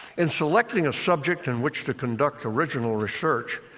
in selecting a subject in which to conduct original research,